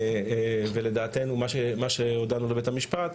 ולדעתנו מה שהודענו לבית המשפט,